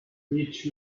beach